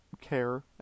care